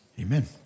amen